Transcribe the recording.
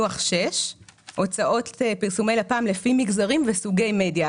לוח שש: הוצאות פרסומי לפ"ם לפי מגזרים וסוגי מדיה.